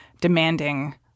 demanding